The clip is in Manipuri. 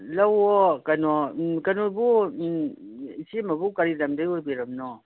ꯀꯩꯅꯣ ꯎꯝ ꯀꯩꯅꯣꯕꯨ ꯎꯝ ꯏꯆꯦꯝꯃꯕꯨ ꯀꯔꯤ ꯂꯝꯗꯒꯤ ꯑꯣꯏꯕꯤꯔꯝꯅꯣ